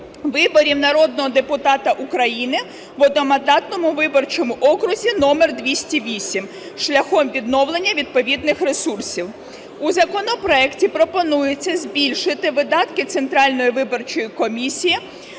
виборів народного депутата України в одномандатному виборчому окрузі №208, шляхом відновлення відповідних ресурсів. У законопроекті пропонується збільшити видатки Центральної виборчої комісії